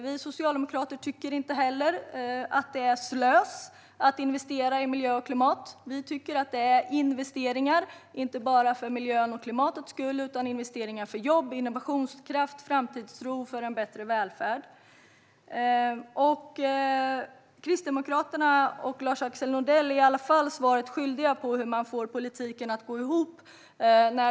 Vi socialdemokrater tycker inte att det är slös att investera i miljö och klimat. Vi tycker att det handlar om investeringar. Och det handlar om investeringar inte bara för miljöns och klimatets skull utan också för att skapa jobb, innovationskraft och framtidstro för en bättre välfärd. Kristdemokraterna och Lars-Axel Nordell är fortfarande svaret skyldiga när det gäller hur de ska få politiken att gå ihop.